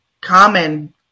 common